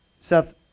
Seth